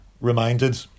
reminded